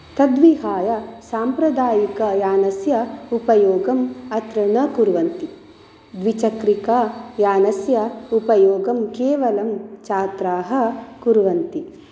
तद्विहाय साम्प्रदायिकयानस्य उपयोगम् अत्र न कुर्वन्ति द्विचक्रिकायानस्य उपयोगं केवलं छात्राः कुर्वन्ति